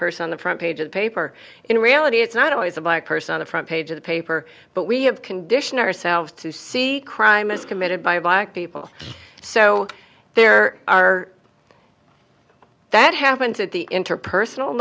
person on the front page of paper in reality it's not always a black person on the front page of the paper but we have conditioned ourselves to see crime is committed by black people so there are that happens at the interpersonal